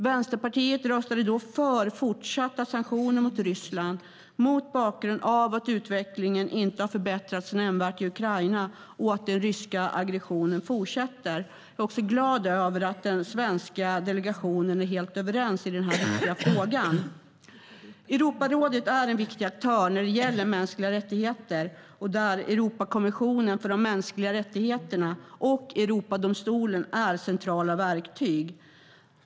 Vänsterpartiet röstade då för fortsatta sanktioner mot Ryssland mot bakgrund av att utvecklingen inte har förbättrats nämnvärt i Ukraina och att den ryska aggressionen fortsätter. Jag är också glad över att den svenska delegationen är helt överens i den här viktiga frågan. Europarådet är en viktig aktör när det gäller mänskliga rättigheter, och där är Europakonventionen för de mänskliga rättigheterna och Europadomstolen centrala verktyg.